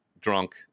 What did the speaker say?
drunk